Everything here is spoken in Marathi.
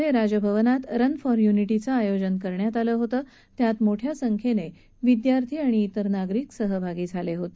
पुदुच्चेरीमधे राजभवनात रन फॉर युनिटीचं आयोजन करण्यात आलं होतं त्यात मोठ्या संख्येनं विद्यार्थी आणि इतर नागरिक सहभागी झाले होते